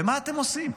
ומה אתם עושים?